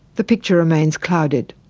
the picture remains clouded,